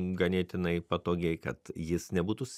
ganėtinai patogiai kad jis nebūtų s